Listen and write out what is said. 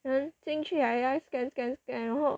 then 进去还要 scan scan scan 然后